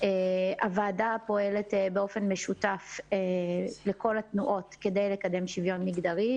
הוועדה פועלת באופן משותף לכל התנועות כדי לקדם שוויון מגדרי,